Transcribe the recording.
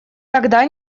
тогда